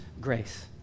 grace